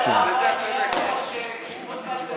כותב שירה.